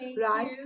right